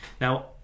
Now